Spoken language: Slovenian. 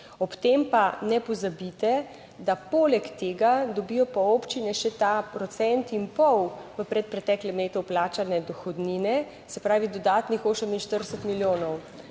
ob tem pa ne pozabite, da poleg tega dobijo pa občine še ta procent in pol v predpreteklem letu plačane dohodnine, se pravi dodatnih 48 milijonov.